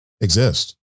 exist